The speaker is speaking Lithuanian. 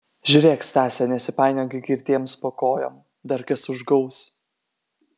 žiūrėk stase nesipainiok girtiems po kojom dar kas užgaus